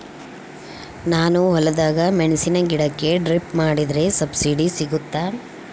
ನಾನು ಹೊಲದಾಗ ಮೆಣಸಿನ ಗಿಡಕ್ಕೆ ಡ್ರಿಪ್ ಮಾಡಿದ್ರೆ ಸಬ್ಸಿಡಿ ಸಿಗುತ್ತಾ?